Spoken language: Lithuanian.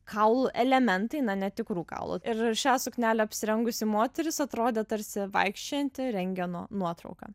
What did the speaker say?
kaulų elementai na netikrų kaulų ir šią suknelę apsirengusi moteris atrodė tarsi vaikščiojanti rentgeno nuotrauka